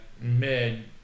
mid